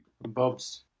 Bobs